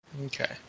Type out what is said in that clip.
Okay